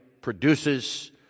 produces